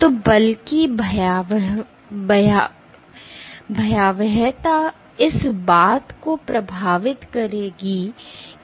तो बल की भयावहता इस बात को प्रभावित करेगी